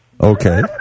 okay